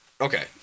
okay